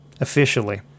officially